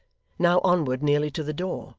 now onward nearly to the door,